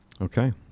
okay